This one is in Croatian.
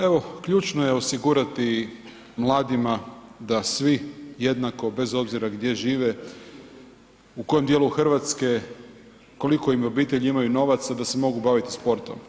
Evo, ključno je osigurati mladima da svi jednako bez obzira gdje žive, u kojem dijelu Hrvatske, koliko im obitelji imaju novaca da se mogu baviti sportom.